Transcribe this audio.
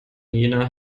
jener